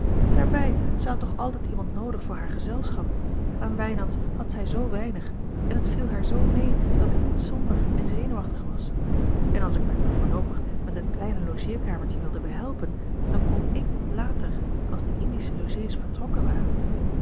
daarbij zij had toch altijd iemand noodig voor haar gezelschap aan wijnands had zij zoo weinig en het viel haar zoo mee dat ik niet somber en zenuwachtig was en als ik mij maar voorloopig met het kleine logeerkamertje wilde behelpen dan kon ik later als de indische logés vertrokken waren